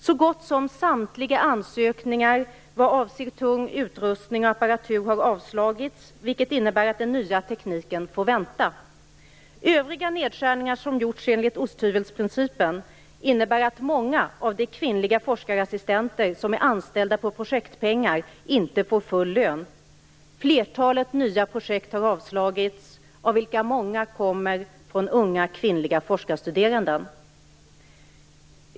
Så gott som samtliga ansökningar vad avser tung utrustning och apparatur har avslagits, vilket innebär att den nya tekniken får vänta. Övriga nedskärningar som har gjorts enligt osthyvelsprincipen innebär att många av de kvinnliga forskarassistenter som är anställda med projektpengar inte får full lön. Flertalet nya projekt har avslagits, av vilka många kommer från unga kvinnliga forskarstuderande.